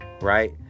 right